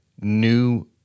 new